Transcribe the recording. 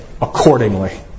accordingly